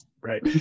Right